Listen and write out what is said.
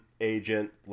agent